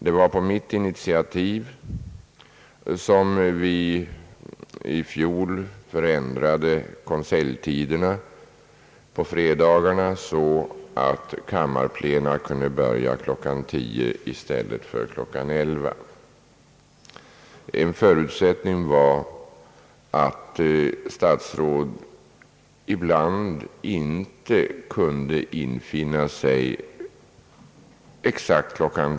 Det var på mitt initiativ som konseljtiderna i fjol ändrades så, att kammarplena på fredagarna kunde bör ja kl. 10 i stället för kl. 11. En förutsättning var att statsråd ibland inte kunde infinna sig i riksdagen exakt kl.